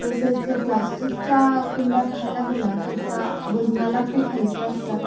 तसेच प्लास्टिकच्या कुंड्या पाहायला गेला तर त्या वजनाला खूप हलक्या असतात